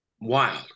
wild